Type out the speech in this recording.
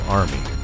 army